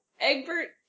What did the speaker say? Egbert